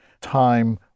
time